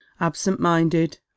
absent-minded